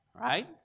right